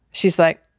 she's like,